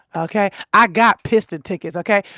ok. i got piston tickets, ok?